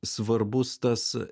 svarbus tas